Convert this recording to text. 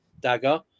dagger